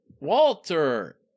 Walter